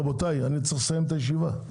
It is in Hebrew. רבותיי, אני צריך לסיים את הישיבה.